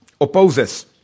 opposes